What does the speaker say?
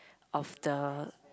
of the